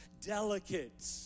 delicate